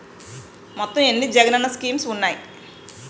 మొత్తం ఎన్ని జగనన్న స్కీమ్స్ ఉన్నాయి?